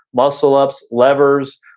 muscle-ups, levers,